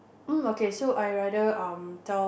oh okay so I rather um tell